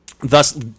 thus